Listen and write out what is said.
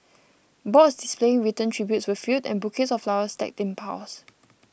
boards displaying written tributes were filled and bouquets of flowers stacked in piles